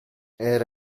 era